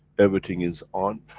everything is on,